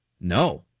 No